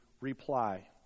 reply